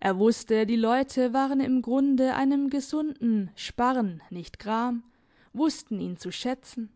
er wusste die leute waren im grunde einem gesunden sparren nicht gram wussten ihn zu schätzen